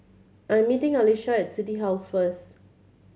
I'm meeting Alysia at City House first